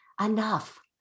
enough